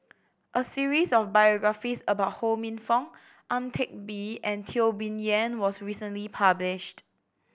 a series of biographies about Ho Minfong Ang Teck Bee and Teo Bee Yen was recently published